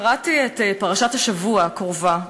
קראתי את פרשת השבוע הקרובה,